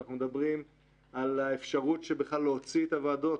אנחנו מדברים על האפשרות להוציא בכלל את הוועדות